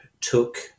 took